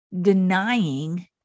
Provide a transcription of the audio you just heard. denying